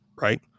Right